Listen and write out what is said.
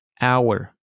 Hour